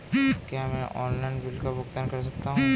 क्या मैं online bill का भुगतान कर सकता हूँ?